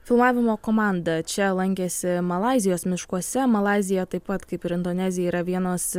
filmavimo komanda čia lankėsi malaizijos miškuose malaizija taip pat kaip ir indonezija yra vienos